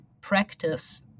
practice